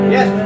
Yes